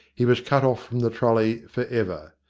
he was cut off from the trolley for ever.